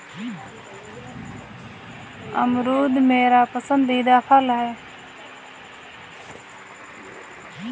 अमरूद मेरा पसंदीदा फल है